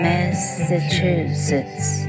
Massachusetts